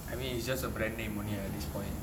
I mean it's just a brand name only ah at this point